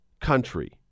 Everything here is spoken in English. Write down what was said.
country